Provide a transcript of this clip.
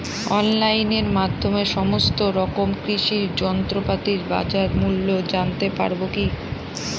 অনলাইনের মাধ্যমে সমস্ত রকম কৃষি যন্ত্রপাতির বাজার মূল্য জানতে পারবো কি?